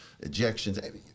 ejections